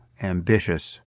ambitious